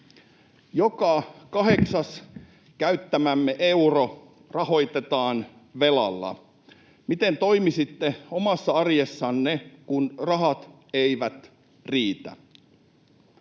Joka kahdeksas käyttämämme euro rahoitetaan velalla. Miten toimisitte omassa arjessanne, kun rahat eivät riitä,